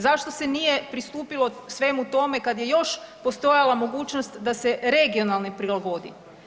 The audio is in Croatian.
Zašto se nije pristupilo svemu tome kad je još postojala mogućost da se regionalni prilagodi?